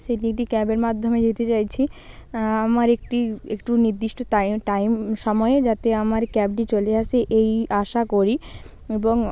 সেটি একটি ক্যাবের মাধ্যমে যেতে চাইছি আমার একটি একটু নির্দিষ্ট টাইম সময়ে যাতে আমার ক্যাবটি চলে আসে এই আশা করি এবং